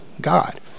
God